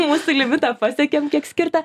mūsų limitą pasiekėm kiek skirta